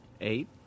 Eight